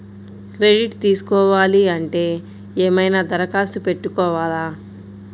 Credit తీసుకోవాలి అంటే ఏమైనా దరఖాస్తు పెట్టుకోవాలా?